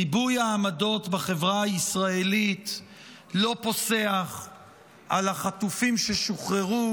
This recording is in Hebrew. ריבוי העמדות בחברה הישראלית לא פוסח על החטופים ששוחררו,